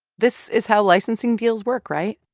this is how licensing deals work, right?